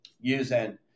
using